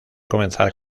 comenzar